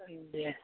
ओम दे